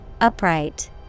Upright